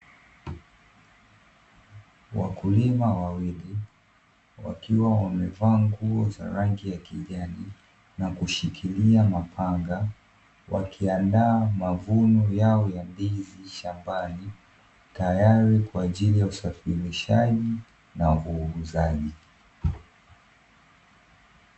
Wakulima wawili wakiwa wamevaa nguo za rangi ya kijani na kushikilia mapanga, wakiandaa mavuno yao ya ndizi shambani tayari kwa ajili ya usafirishaji na uuzaji.